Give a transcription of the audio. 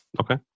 Okay